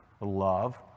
love